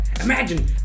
Imagine